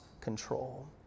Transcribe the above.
control